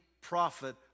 prophet